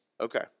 Okay